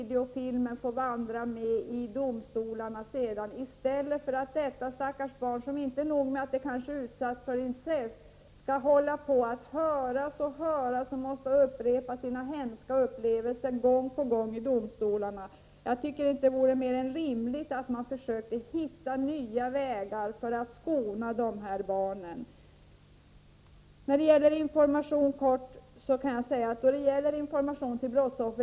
Den filmen kunde användas i domstolarna i stället för att dessa stackars barn som kanske inte bara utsatts för incest också skall höras om och om igen och upprepa sina hemska upplevelser gång på gång i domstolarna. Det är inte mer än rimligt att vi försöker finna nya vägar för att skona dessa barn. När det gäller information till brottsoffer är det väl bra att ha en broschyr.